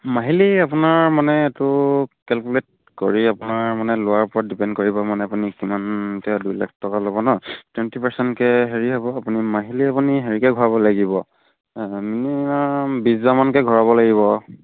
মাহিলী আপোনাৰ মানে এইটো কেলকুলেট কৰি আপোনাৰ মানে লোৱাৰ ওপৰত ডিপেণ্ড কৰিব মানে আপুনি কিমান এতিয়া দুই লাখ টকা ল'ব নহ্ টুৱেণ্টি পাৰ্চেটকৈ হেৰি হ'ব আপুনি মাহিলী আপুনি হেৰিকৈ ঘূৰাব লাগিব মিনিমাম বিছ হাজাৰমানকৈ ঘূৰাব লাগিব আৰু